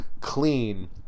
clean